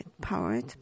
powered